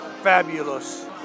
fabulous